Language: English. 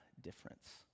difference